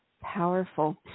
powerful